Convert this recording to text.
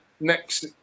next